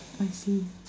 I see